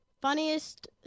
Funniest